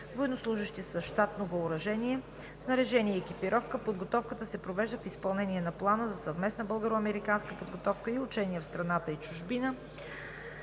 военнослужещи с щатно въоръжение, снаряжение и екипировка. Подготовката се провежда в изпълнение на Плана за съвместна българо-американска подготовка и учение в страната и чужбина